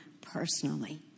personally